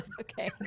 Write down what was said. okay